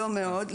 לא מאוד.